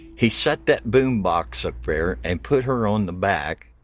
he set that boombox up there and put her on the back,